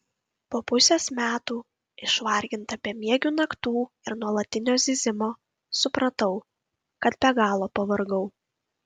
po pusės metų išvarginta bemiegių naktų ir nuolatinio zyzimo supratau kad be galo pavargau